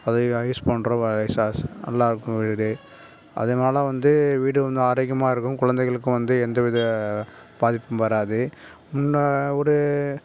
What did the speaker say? அது யூஸ் பண்ணுறோம் வா யூஸாஸ் நல்லா இருக்கும் வீடே அதனால வந்து வீடு வந்து ஆரோக்கியமாக இருக்கும் குழந்தைகளுக்கும் வந்து எந்த வித பாதிப்பும் வராது என்னா ஒரு